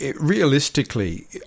realistically